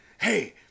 hey